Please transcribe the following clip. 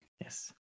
yes